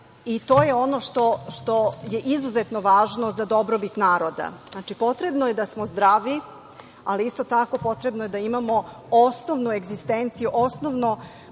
i to je ono što je izuzetno važno za dobrobit naroda. Znači, potrebno je da smo zdravi, ali isto tako, potrebno je da imamo osnovnu egzistenciju, osnovno